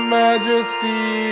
majesty